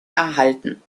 erhalten